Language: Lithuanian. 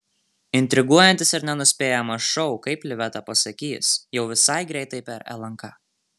intriguojantis ir nenuspėjamas šou kaip liveta pasakys jau visai greitai per lnk